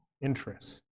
interests